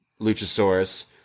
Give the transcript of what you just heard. Luchasaurus